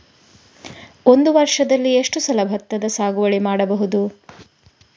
ಒಂದು ವರ್ಷದಲ್ಲಿ ಎಷ್ಟು ಸಲ ಭತ್ತದ ಸಾಗುವಳಿ ಮಾಡಬಹುದು?